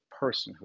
personhood